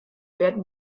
werden